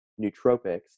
nootropics